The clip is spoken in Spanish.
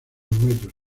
metros